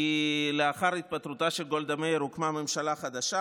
כי לאחר התפטרותה של גולדה מאיר הוקמה ממשלה חדשה,